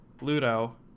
Ludo